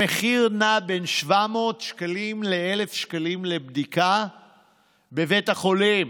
המחיר נע בין 700 שקלים ל-1,000 שקלים לבדיקה בבית החולים.